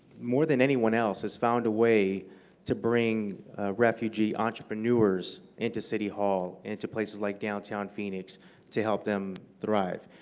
more than anyone else, has found a way to bring refugee entrepreneurs into city hall and into to places like downtown phoenix to help them thrive.